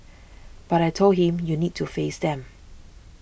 but I told him you need to face them